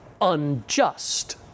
unjust